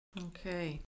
Okay